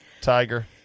Tiger